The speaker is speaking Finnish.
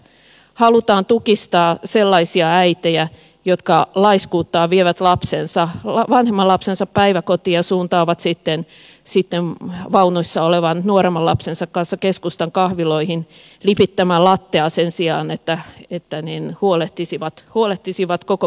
halutaan tukistaa sellaisia äitejä jotka laiskuuttaan vievät vanhemman lapsensa päiväkotiin ja suuntaavat sitten vaunuissa olevan nuoremman lapsensa kanssa keskustan kahviloihin lipittämään lattea sen sijaan että huolehtisivat koko pesueesta